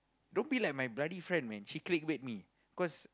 don't be like my bloody friend man she clickbait me cause